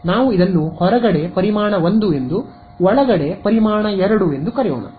ಆದ್ದರಿಂದ ನಾವು ಇದನ್ನು ಹೊರಗಡೆ ಪರಿಮಾಣ 1 ಎಂದು ಒಳಗಡೆ ಪರಿಮಾಣ ೨ ಎಂದು ಕರೆಯೋಣ